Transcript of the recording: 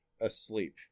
asleep